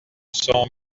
sont